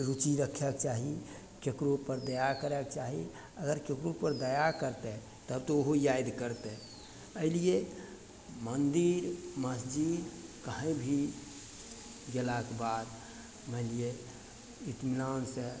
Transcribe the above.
रूचि रखय चाही ककरोपर दया करयके चाही अगर ककरोपर दया करतय तब तऽ ओहो याद करतय अइ लिये मन्दिर मस्जिद कहय भी गेलाके बाद मानि लिअ इत्मिनानसँ